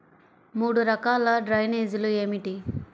మూడు రకాల డ్రైనేజీలు ఏమిటి?